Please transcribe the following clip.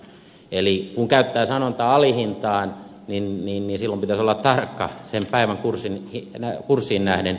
eli kun käyttää sanontaa alihintaan silloin pitäisi olla tarkka sen päivän kurssiin nähden